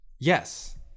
Yes